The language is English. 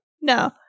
no